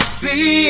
see